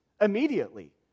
immediately